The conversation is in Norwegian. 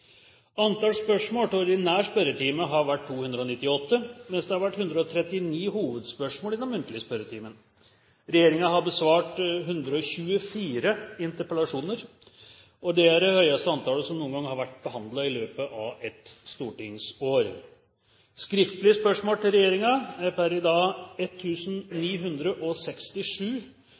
Antall spørsmål til den ordinære spørretimen har vært 298, mens det har vært 139 hovedspørsmål i den muntlige spørretimen. Regjeringen har besvart 124 interpellasjoner, og det er det høyeste antallet som noen gang har vært behandlet i løpet av et stortingsår. Skriftlige spørsmål til regjeringen er per i dag